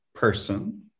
Person